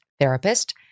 therapist